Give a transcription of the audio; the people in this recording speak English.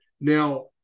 Now